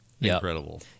incredible